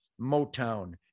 Motown